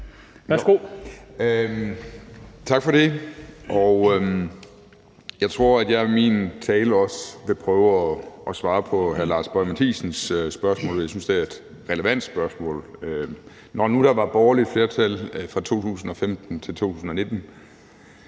Tak for det. Jeg tror, at jeg i min tale også vil prøve at svare på hr. Lars Boje Mathiesens spørgsmål, for jeg synes, det er et relevant spørgsmål. Når nu der var borgerligt flertal fra 2015 til 2019,